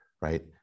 right